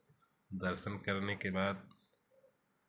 दर्शन करने के बाद